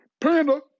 Panda